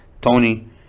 Tony